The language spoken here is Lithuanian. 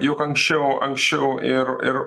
juk anksčiau anksčiau ir ir